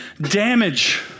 damage